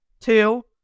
two